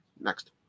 next